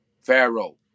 Pharaoh